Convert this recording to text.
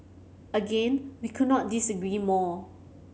again we could not disagree more